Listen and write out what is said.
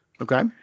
Okay